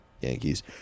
Yankees